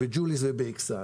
בג'וליס ובאיכסאל,